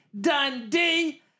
Dundee